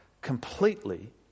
completely